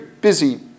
busy